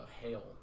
hail